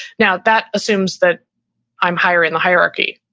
now that assumes that i'm higher in the hierarchy.